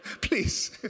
Please